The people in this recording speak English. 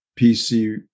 PC